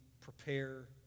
prepare